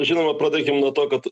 žinoma pradėkim nuo to kad